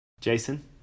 Jason